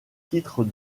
titres